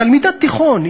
תלמידת תיכון,